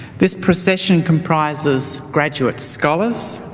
this procession comprises graduands, scholars